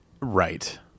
Right